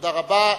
תודה רבה.